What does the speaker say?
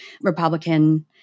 Republican